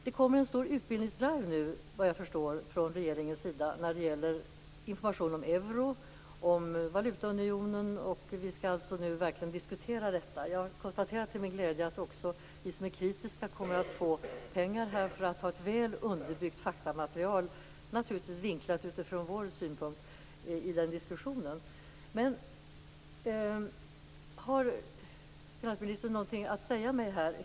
Det kommer nu såvitt jag förstår en stor utbildningsdrive från regeringens sida när det gäller information om euro och om valutaunionen. Vi skall alltså nu verkligen diskutera detta. Jag konstaterar till min glädje att också vi som är kritiska kommer att få pengar för att skapa ett väl underbyggt faktamaterial - naturligtvis vinklat utifrån vår synpunkt - i den diskussionen. Har finansministern någonting att säga mig här?